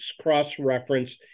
cross-reference